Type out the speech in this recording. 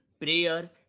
prayer